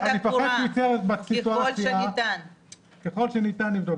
ככל שניתן, נבדוק.